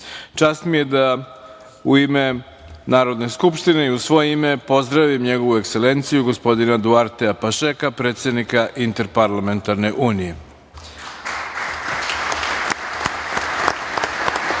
mi je da, u ime Narodne skupštine i u svoje ime, pozdravim Njegovu Ekselenciju, gospodina Duartea Pašeka, predsednika Interparlamentarne unije. Pored